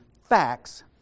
facts